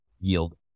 yield